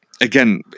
Again